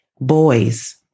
boys